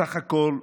בסך הכול,